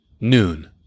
noon